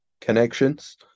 connections